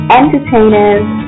entertainers